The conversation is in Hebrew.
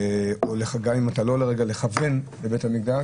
ואם לא לרגל אז לכוון לבית המשפט,